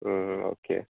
okay